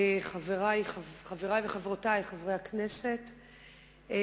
חברי וחברותי חברי הכנסת,